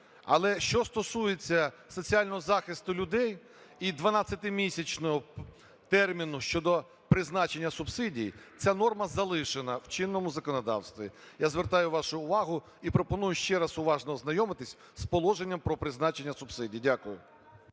Але що стосується соціального захисту людей і 12-місячного терміну щодо призначення субсидій, ця норма залишена в чинному законодавстві. Я звертаю вашу увагу і пропоную ще раз уважно ознайомитися з Положенням про призначення субсидій.